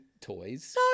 toys